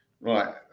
Right